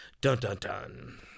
Dun-dun-dun